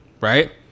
right